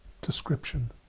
description